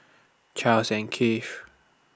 Charles and Keith